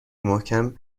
محکم